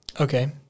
Okay